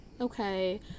okay